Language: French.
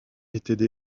étaient